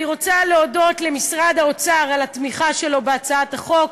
אני רוצה להודות למשרד האוצר על התמיכה שלו בהצעת החוק,